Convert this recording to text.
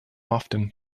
often